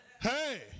Hey